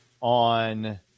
on